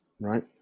Right